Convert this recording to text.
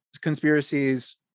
Conspiracies